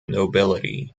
nobility